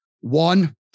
One